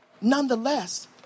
nonetheless